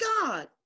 god